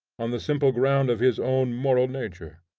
on the simple ground of his own moral nature.